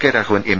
K Raghavan M